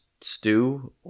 stew